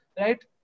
right